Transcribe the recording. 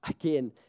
again